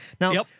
now